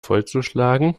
vollzuschlagen